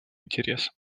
интересам